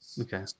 Okay